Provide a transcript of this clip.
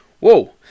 Whoa